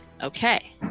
Okay